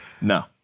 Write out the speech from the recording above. No